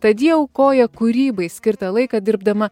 tad ji aukoja kūrybai skirtą laiką dirbdama